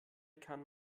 kann